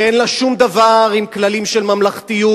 שאין לה שום דבר עם כללים של ממלכתיות,